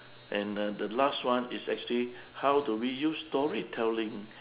and uh the last one is actually how to reuse storytelling